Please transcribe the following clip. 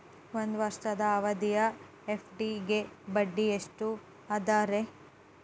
ಒಂದ್ ವರ್ಷದ ಅವಧಿಯ ಎಫ್.ಡಿ ಗೆ ಬಡ್ಡಿ ಎಷ್ಟ ಅದ ರೇ?